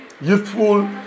youthful